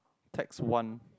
tax one